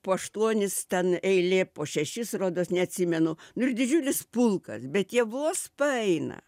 po aštuonis ten eilė po šešis rodos neatsimenu nu ir didžiulis pulkas bet jie vos paeina